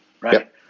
right